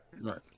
Right